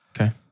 Okay